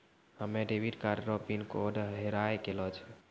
हमे debit card रो PIN code हेराय गेलो छै